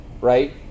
right